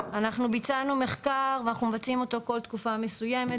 אנחנו ביצענו מחקר ואנחנו מבצעים אותו בכל תקופה מסוימת,